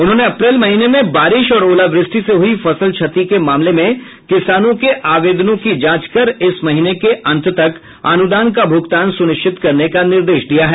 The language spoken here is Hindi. उन्होंने अप्रैल महीने में बारिश और ओलावृष्टि से हुई फसल क्षति के मामलों में किसानों के आवेदनों की जांच कर इस महीने के अंत तक अनुदान का भुगतान सुनिश्चित करने का निर्देश दिया है